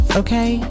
okay